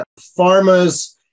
Pharmas